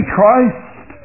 Christ